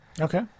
Okay